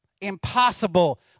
impossible